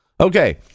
Okay